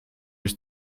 ich